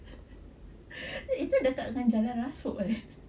itu dekat dengan jalan rasuk eh